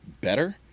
better